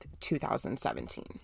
2017